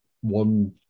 one